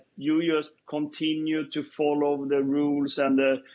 you just continue to follow the rules and.